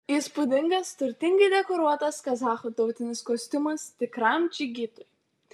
įspūdingas turtingai dekoruotas kazachų tautinis kostiumas tikram džigitui